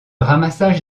ramassage